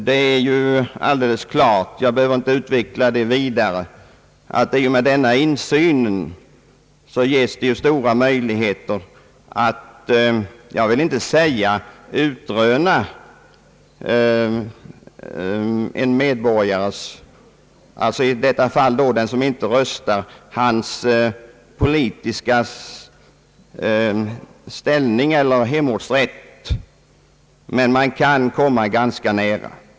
Det är ju alldeles klart, och jag behöver inte utveckla det vidare, att det i och med denna insyn ges stora möjligheter att, jag vill kanske inte säga utröna men komma ganska nära, om man vill söka spåra den politiska inställningen eller hemortsrätten hos medborgare som inte röstat.